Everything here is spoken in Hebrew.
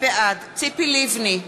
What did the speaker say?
בעד ציפי לבני,